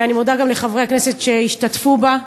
ואני מודה לחברי הכנסת שהשתתפו בה,